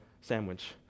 sandwich